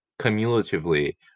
cumulatively